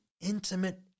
intimate